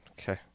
Okay